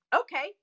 Okay